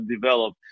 develop